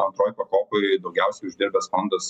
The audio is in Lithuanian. antroj pakopoj daugiausiai uždirbęs fondas